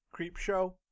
Creepshow